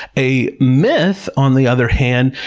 a myth, on the other hand,